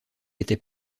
était